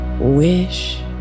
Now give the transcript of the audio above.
wish